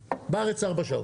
בארץ ארבע שעות.